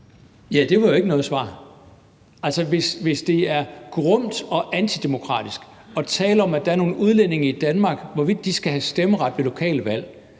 Ja, det var jo ikke noget svar. Altså, hvis det er »grumt« og »antidemokratisk« at tale om, hvorvidt der er nogle udlændinge i Danmark, der skal have stemmeret ved lokale valg,